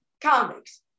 comics